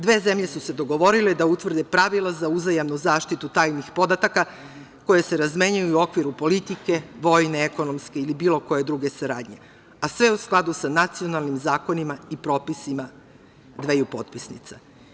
Dve zemlje su se dogovorile da utvrde pravila za uzajamnu zaštitu tajnih podataka koje se razmenjuju u okviru politike, vojne, ekonomske ili bilo koje druge saradnje, a sve u skladu sa nacionalnim zakonima i propisima dveju potpisnica.